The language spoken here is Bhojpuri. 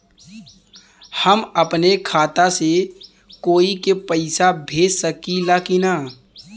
हम अपने खाता से कोई के पैसा भेज सकी ला की ना?